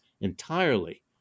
entirely